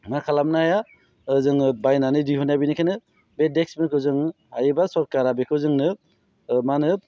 मा खालामनो हाया जोङो बायनानै दिहुननाय बेनिखायनो बे देस्क बेन्चखौ जोङो हायोबा सोरखारा बेखौ जोंनो मा होनो